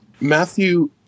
Matthew